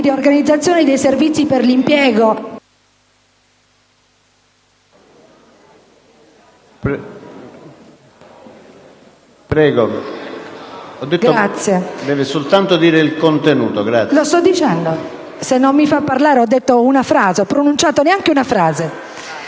riorganizzazione dei servizi per l'impiego